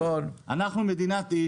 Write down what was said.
אנחנו מדינת אי,